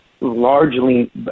largely